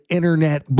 Internet